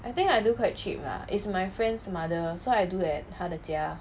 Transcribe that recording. I think I do quite cheap lah it's my friend's mother so I do at 她的家